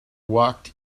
walked